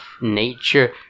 nature